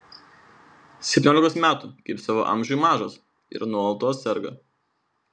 septyniolikos metų kaip savo amžiui mažas ir nuolatos serga